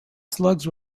slugs